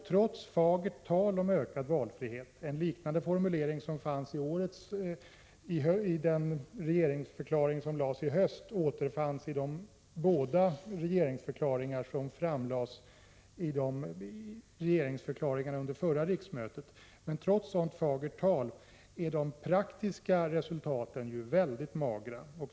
Trots fagert tal om ökad valfrihet — en liknande formulering som den i höstens regeringsförklaring återfanns i de båda regeringsförklaringar som framlades under förra riksmötet — är de praktiska resultaten mycket magra.